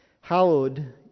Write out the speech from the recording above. Hallowed